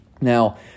Now